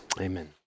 Amen